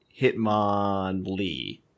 Hitmonlee